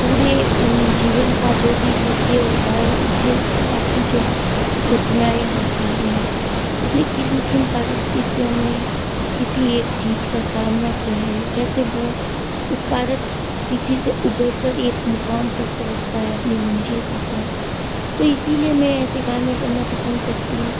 पूरे जीवन का जो भी सत्य होता है उसके साथ की जो घटनाएँ होती हैं उसने किन किन परिस्थितियों में किसी एक चीज़ का सामना किया है कैसे वह उस परिस्थिति से उभरकर एक मुकाम तक पहुँचता है अपनी मंजिल पाता है तो इसीलिए मैं ऐसी कहानियाँ पढ़ना पसंद करती हूँ